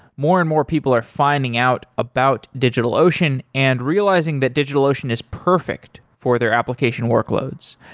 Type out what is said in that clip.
more and more people are finding out about digitalocean and realizing that digitalocean is perfect for their application workloads.